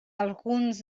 alguns